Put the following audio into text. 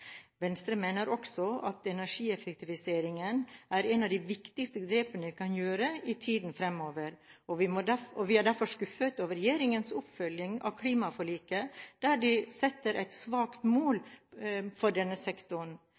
Venstre mener også at energieffektivisering er en av de viktigste grepene vi kan gjøre i tiden fremover. Vi er derfor skuffet over regjeringens oppfølging av klimaforliket, der den setter et svakt mål for denne sektoren.